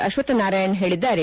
ಅಶ್ವಕ್ಥನಾರಾಯಣ ಹೇಳಿದ್ದಾರೆ